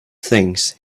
things